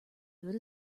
good